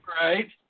Right